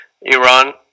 Iran